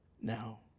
now